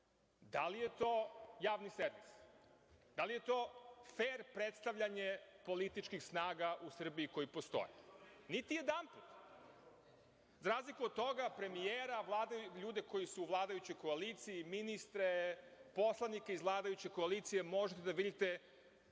Da li je to javni servis? Da li je to fer predstavljanje političkih snaga u Srbiji koje postoje? Niti jedanput. Za razliku od toga, premijera, ljudi koji su u vladajućoj koaliciji, ministre, poslanike iz vladajuće koalicije možete da vidite